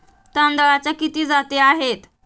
तांदळाच्या किती जाती आहेत?